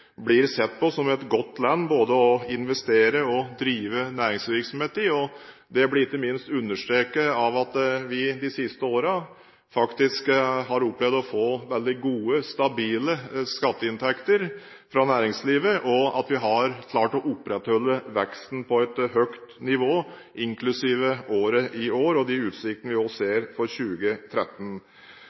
blir sett på som et godt land både å investere og drive næringsvirksomhet i. Det blir ikke minst understreket av at vi de siste årene faktisk har opplevd å få veldig gode, stabile skatteinntekter fra næringslivet, og at vi har klart å opprettholde veksten på et høyt nivå, inklusiv året i år og de utsiktene vi ser for 2013.